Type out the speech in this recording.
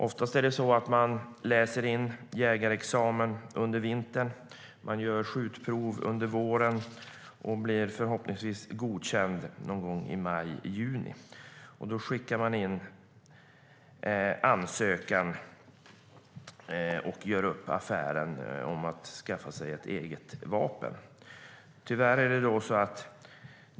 Oftast läser man in jägarexamen under vintern, gör skjutprov under våren och förhoppningsvis blir godkänd någon gång i maj-juni. Då skickar man in ansökan och gör upp affären om att skaffa sig ett eget vapen.